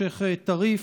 השייח' טריף,